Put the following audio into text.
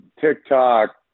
TikTok